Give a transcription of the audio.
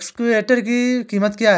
Excavator की कीमत क्या है?